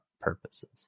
purposes